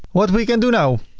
what we can do now?